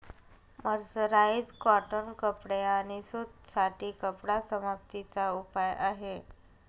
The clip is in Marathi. मर्सराइज कॉटन कपडे आणि सूत साठी कपडा समाप्ती चा उपाय आहे